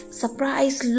surprise